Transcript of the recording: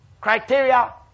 Criteria